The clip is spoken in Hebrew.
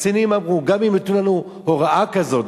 הקצינים אמרו: גם אם ייתנו לנו הוראה כזאת,